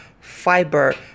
fiber